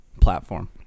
platform